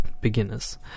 beginners